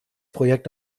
projekt